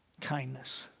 Kindness